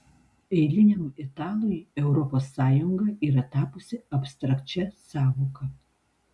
eiliniam italui europos sąjunga yra tapusi abstrakčia sąvoka